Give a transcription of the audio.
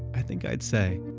i think i'd say,